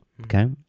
okay